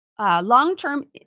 long-term